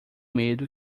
medo